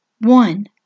one